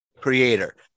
creator